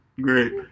Great